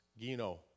gino